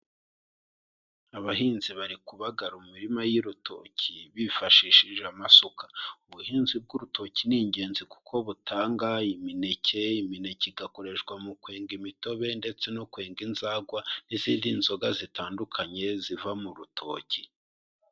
Abahinzi bari kubagara imirima y'urutoki bifashishije amasuka, ubuhinzi bw'urutoki ni ingenzi kuko butanga imineke, imineke igakoreshwa mu kwenga imitobe ndetse no kwenga inzarwa n'izindi nzoga zitandukanye ziva mu rutoki.